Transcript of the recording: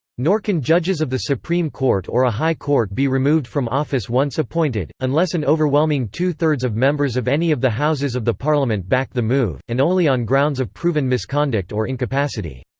nor can judges of the supreme court or a high court be removed from office once appointed, unless an overwhelming two-thirds of members of any of the houses of the parliament back the move, and only on grounds of proven misconduct or incapacity.